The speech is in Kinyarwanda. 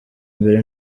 mbere